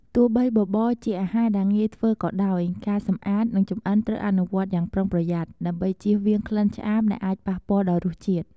ទោះបីបបរជាអាហារដែលងាយធ្វើក៏ដោយ ការសម្អាត និងចម្អិនត្រូវអនុវត្តយ៉ាងប្រុងប្រយ័ត្ន ដើម្បីជៀសវាងក្លិនឆ្អាបដែលអាចប៉ះពាល់ដល់រសជាតិ។